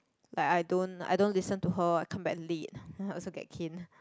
like I don't I don't listen to her I come back late then also get caned